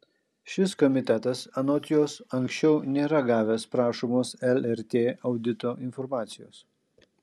šis komitetas anot jos anksčiau nėra gavęs prašomos lrt audito informacijos